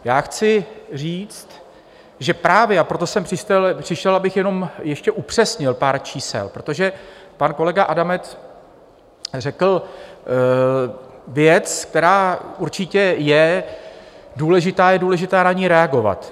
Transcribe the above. Já chci říct, že právě proto jsem přišel, abych jenom ještě upřesnil pár čísel, protože pan kolega Adamec řekl věc, která je určitě důležitá a je důležité na ni reagovat.